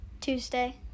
Tuesday